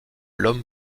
l’homme